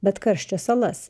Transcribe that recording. bet karščio salas